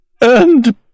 and